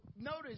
notice